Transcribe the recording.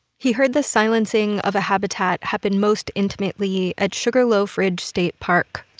he heard the silencing of a habitat happen most intimately at sugarloaf ridge state park,